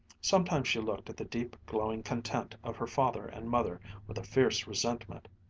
sometimes she looked at the deep, glowing content of her father and mother with a fierce resentment.